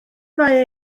mae